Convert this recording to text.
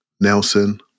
Nelson